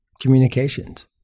communications